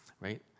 right